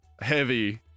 heavy